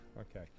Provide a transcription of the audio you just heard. Okay